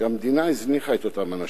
שהמדינה הזניחה את אותם אנשים,